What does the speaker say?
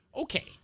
Okay